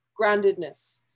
groundedness